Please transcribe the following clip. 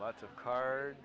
lots of car